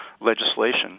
legislation